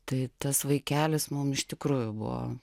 tai tas vaikelis mum iš tikrųjų buvo